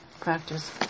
practice